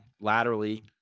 laterally